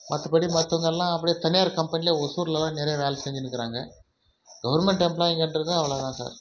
மற்றபடி மற்றவங்க எல்லாம் அப்டி தனியார் கம்பெனியில் ஒசூரில் தான் நிறைய வேலை செஞ்சினுக்கிறாங்க கவர்மெண்ட் எம்ப்ளாயிங்ககிறது அவ்வளோ தான் சார்